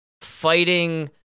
fighting